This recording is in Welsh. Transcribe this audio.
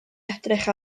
edrych